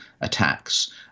attacks